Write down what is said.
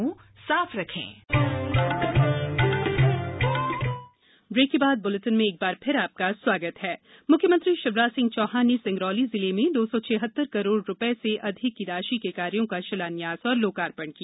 मुख्यमंत्री सिंगरौली मुख्यमंत्री शिवराज सिंह चौहान ने सिंगरौली जिले में दो सौ छिहत्तर करोड़ रूपये से अधिक की राशि के कार्यो का शिलान्यास और लोकार्पण किया